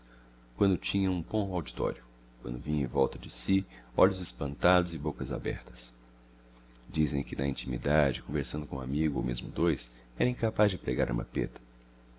quando tinha um bom auditório quando via em volta de si olhos espantados e bocas abertas dizem que na intimidade conversando com um amigo ou mesmo dois era incapaz de pregar uma peta